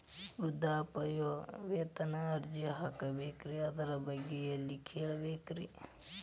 ವೃದ್ಧಾಪ್ಯವೇತನ ಅರ್ಜಿ ಹಾಕಬೇಕ್ರಿ ಅದರ ಬಗ್ಗೆ ಎಲ್ಲಿ ಕೇಳಬೇಕ್ರಿ?